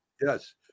Yes